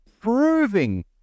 proving